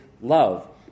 love